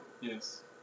Yes